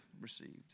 received